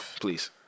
Please